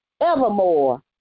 evermore